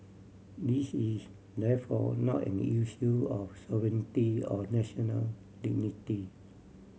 this is therefore not an issue of sovereignty or national dignity